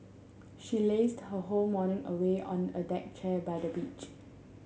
she lazed her whole morning away on a deck chair by the beach